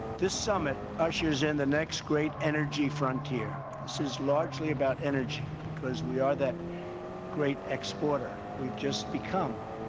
this summit ushers in the next great energy frontier. this is largely about energy because we are that great exporter. we've just become